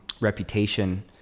reputation